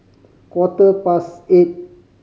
quarter past eight